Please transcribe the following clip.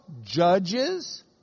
Judges